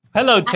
Hello